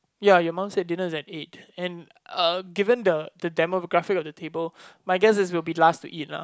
ya your mum said dinner is at eight and uh given the the demographic of the table my guess is we'll be last to eat lah